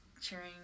cheering